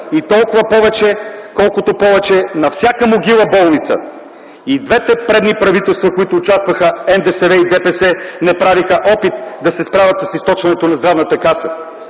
и толкова повече, колкото повече – на всяка могила болница. И двете предни правителства, в които участваха НДСВ и ДПС, не правиха опит да се справят с източването на Здравната каса.